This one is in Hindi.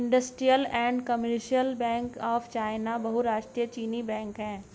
industrial and commercial bank of China बहुराष्ट्रीय चीनी बैंक है